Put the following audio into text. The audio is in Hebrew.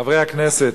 חברי הכנסת,